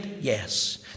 Yes